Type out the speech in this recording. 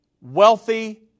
wealthy